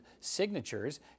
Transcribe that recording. signatures